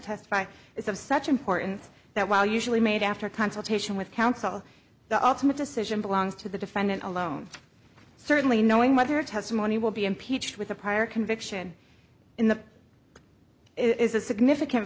of such importance that while usually made after consultation with counsel the ultimate decision belongs to the defendant alone certainly knowing whether testimony will be impeached with a prior conviction in the it is a significant